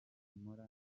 mpora